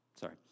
sorry